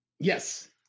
yes